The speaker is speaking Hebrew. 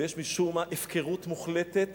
ויש משום מה הפקרות מוחלטת